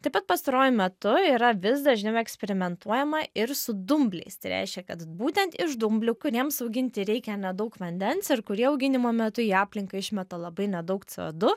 taip pat pastaruoju metu yra vis dažniau eksperimentuojama ir su dumbliais tai reiškia kad būtent iš dumblių kuriems auginti reikia nedaug vandens ir kurie auginimo metu į aplinką išmeta labai nedaug co du